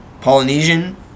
Polynesian